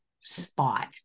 spot